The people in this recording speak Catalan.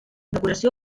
decoració